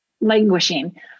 languishing